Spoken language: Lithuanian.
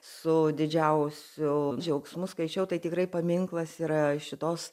su didžiausiu džiaugsmu skaičiau tai tikrai paminklas yra šitos